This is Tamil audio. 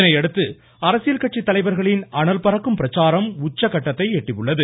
இதனையடுத்து அரசியல் கட்சித்தலைவர்களின் அனல் பறக்கும் பிரச்சாரம் உச்சக்கட்டத்தை எட்டியுள்ளது